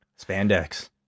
spandex